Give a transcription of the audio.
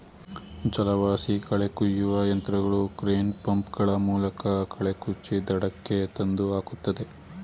ಜಲವಾಸಿ ಕಳೆ ಕುಯ್ಯುವ ಯಂತ್ರಗಳು ಕ್ರೇನ್, ಪಂಪ್ ಗಳ ಮೂಲಕ ಕಳೆ ಕುಚ್ಚಿ ದಡಕ್ಕೆ ತಂದು ಹಾಕುತ್ತದೆ